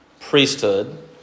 priesthood